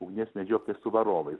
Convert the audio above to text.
ugnies medžioklė su varovais